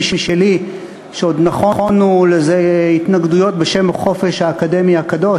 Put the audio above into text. המידע ומצד שני להימנע מפגיעה יתרה בחופש האקדמי של